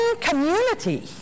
community